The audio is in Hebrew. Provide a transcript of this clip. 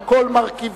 על כל מרכיביה,